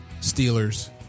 Steelers